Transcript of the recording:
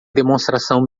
demonstração